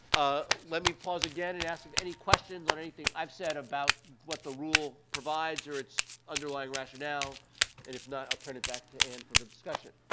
ah, let me pause again and ask if any questions on anything i've said about what the rule provides or its underlying rationale, and if not, i'll turn it back to ann for the discussion.